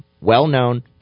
well-known